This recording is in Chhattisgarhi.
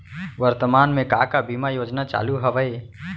वर्तमान में का का बीमा योजना चालू हवये